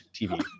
tv